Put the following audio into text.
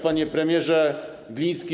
Panie Premierze Gliński!